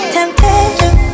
Temptation